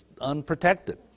unprotected